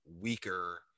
weaker